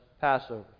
Passover